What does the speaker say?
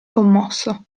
commosso